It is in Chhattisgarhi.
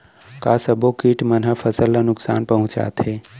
का सब्बो किट मन ह फसल ला नुकसान पहुंचाथे?